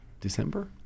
December